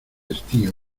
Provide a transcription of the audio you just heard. estío